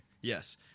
Yes